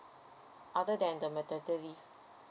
other than the maternity leave